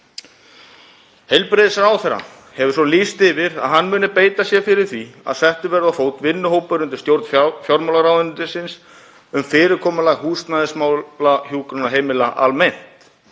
Heilbrigðisráðherra hefur lýst yfir að hann muni beita sér fyrir því að settur verði á fót vinnuhópur undir stjórn fjármálaráðuneytisins um fyrirkomulag húsnæðismála hjúkrunarheimila almennt.